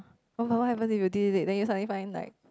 oh but what happens if you dig dig dig then you suddenly find like